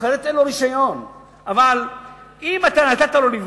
אחרת, אין לו רשיון.